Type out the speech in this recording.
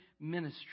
ministry